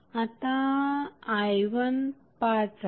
आता i15 आहे